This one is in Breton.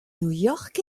york